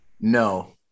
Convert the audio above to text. no